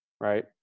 Right